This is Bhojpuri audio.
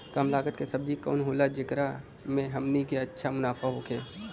कम लागत के सब्जी कवन होला जेकरा में हमनी के अच्छा मुनाफा होखे?